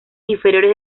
inferiores